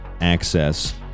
Access